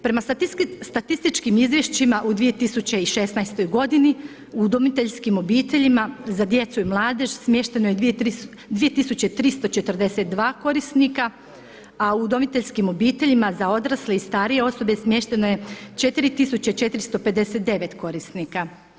Prema statističkim izvješćima u 2016. godini u udomiteljskim obiteljima za djecu i mladež smješteno je 2.342 korisnika, a u udomiteljskim obiteljima za odrasle i starije osobe smješteno je 4.459 korisnika.